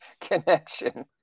connection